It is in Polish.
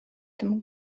tym